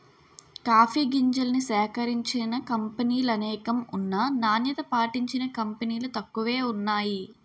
coffee గింజల్ని సేకరించిన కంపినీలనేకం ఉన్నా నాణ్యత పాటించిన కంపినీలు తక్కువే వున్నాయి